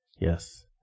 Yes